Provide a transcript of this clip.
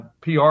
PR